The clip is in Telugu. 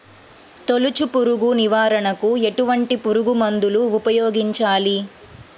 తొలుచు పురుగు నివారణకు ఎటువంటి పురుగుమందులు ఉపయోగించాలి?